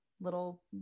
little